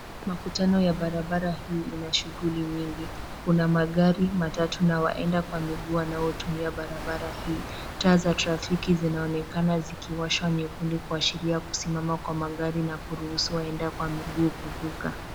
Makutano ya barabara hii ina shughuli nyingi. Kuna magari matatu na waenda kwa miguu wanaotumia barabara hii, taa za trafiki zinaonekana zikiwashwa nyekundu kuashiria kusimama kwa magari na kuruhusu waenda kwa miguu kuvuka.